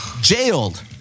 Jailed